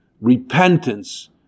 repentance